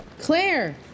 Claire